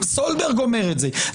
גם סולברג אומר את זה,